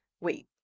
wait